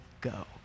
go